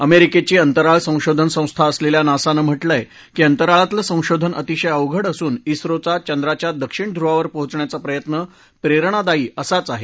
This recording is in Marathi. अमेरिकेची अंतराळ संशोधान संस्था असलेल्या नासाने म्हटलंय की अंतराळातलं संशोधन अतिशय अवघड असून ज्ञरोचा चंद्राच्या दक्षिण ध्रुवावर पोहोचण्याचा प्रयत्न प्रेरणादायी असाच आहे